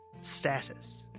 status